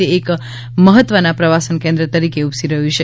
તે એક મહત્વના પ્રવાસન કેન્દ્ર તરીકે ઉપસી રહ્યું છે